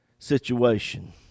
Situation